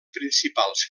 principals